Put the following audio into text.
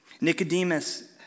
Nicodemus